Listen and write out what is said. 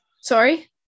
Sorry